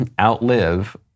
outlive